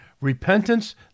Repentance